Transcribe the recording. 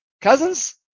Cousins